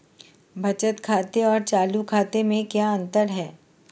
बचत खाते और चालू खाते में क्या अंतर है?